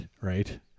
right